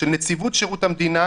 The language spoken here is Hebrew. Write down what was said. של נציבות שירות המדינה,